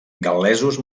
gal·lesos